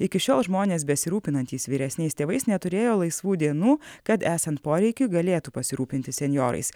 iki šiol žmonės besirūpinantys vyresniais tėvais neturėjo laisvų dienų kad esant poreikiui galėtų pasirūpinti senjorais